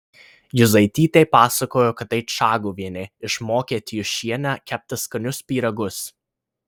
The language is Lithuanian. juzaitytė pasakojo kad tai čaguvienė išmokė tijūšienę kepti skanius pyragus